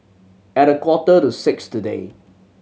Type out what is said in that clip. at a quarter to six today